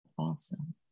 Awesome